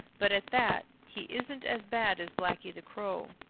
but at that, he isn't as bad as blacky the crow.